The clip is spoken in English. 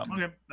Okay